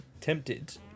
tempted